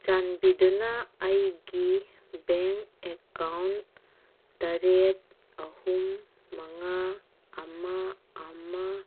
ꯆꯥꯟꯕꯤꯗꯨꯅ ꯑꯩꯒꯤ bank account ꯇꯔꯦꯠ ꯑꯍꯨꯝ ꯃꯉꯥ ꯑꯃ ꯑꯃ